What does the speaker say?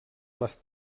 les